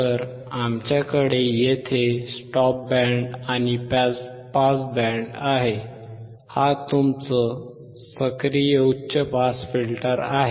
तर आमच्याकडे इथे स्टॉप बँड आणि पास बँड आहे हा तुमचा सक्रिय उच्च पास फिल्टर आहे